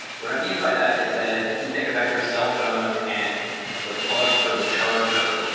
what i mean by that is that if you think about your cellphone and the plug for the charger,